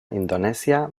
indonesia